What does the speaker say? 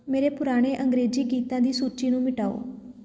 ਮੇਰੇ ਪੁਰਾਣੇ ਅੰਗਰੇਜ਼ੀ ਗੀਤਾਂ ਦੀ ਸੂਚੀ ਨੂੰ ਮਿਟਾਓ